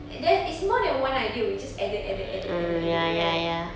there it's more than one idea we just added added added added added right